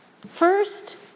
First